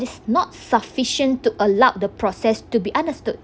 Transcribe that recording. is not sufficient to allow the process to be understood